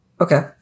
Okay